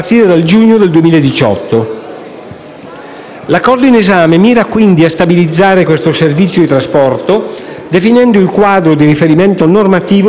L'Accordo in esame mira quindi a stabilizzare questo servizio di trasporto, definendo il quadro di riferimento normativo per il suo funzionamento.